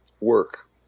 work